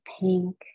pink